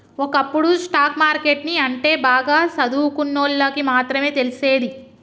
ఒకప్పుడు stock market ని అంటే బాగా సదువుకున్నోల్లకి మాత్రమే తెలిసేది